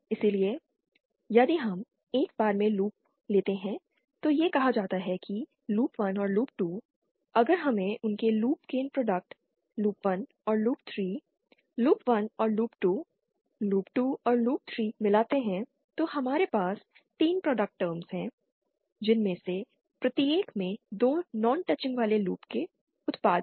इसलिए यदि हम एक बार में लूप लेते हैं तो यह कहा जाता है कि लूप 1 और लूप 2 अगर हमें उनके लूप गेन प्रोडक्ट लूप 1 और लूप 3 लूप 1 और लूप 2 लूप 2 और लूप 3 मिलते हैं तो हमारे पास 3 प्रोडक्ट टर्म्स हैं जिनमें से प्रत्येक में 2 नॉन टचिंग वाले लूप के उत्पाद हैं